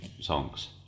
songs